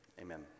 amen